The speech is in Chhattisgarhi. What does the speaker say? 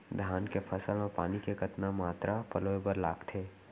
धान के फसल म पानी के कतना मात्रा पलोय बर लागथे?